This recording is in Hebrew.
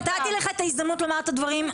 נתתי לך את ההזדמנות לומר את הדברים,